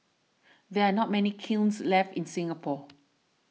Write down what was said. there are not many kilns left in Singapore